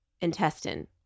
intestine